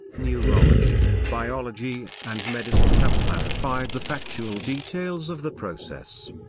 neurology, biology and medicine have clarified the factual details of the process.